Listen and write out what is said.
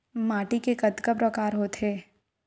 माटी के कतका प्रकार होथे?